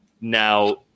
Now